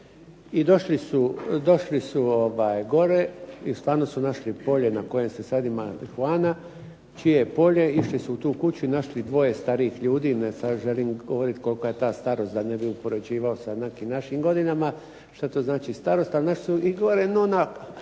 I došli su gore i stvarno su našli polje na kojem se sad marihuana. Čije je polje? Išli su u tu kuću i našli dvoje starijih ljudi, sada ne želim govoriti kolika je ta starost, da ne bih uspoređivao sa nekim našim godinama, što to znači starost, ali našli gore ...